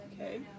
Okay